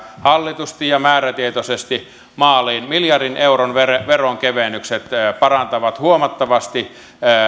hallitusti ja määrätietoisesti maaliin miljardin euron veronkevennykset parantavat huomattavasti